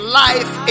life